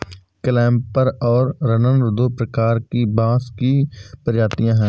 clumper और runner दो प्रकार की बाँस की प्रजातियाँ हैं